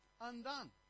undone